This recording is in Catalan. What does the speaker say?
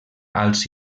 alts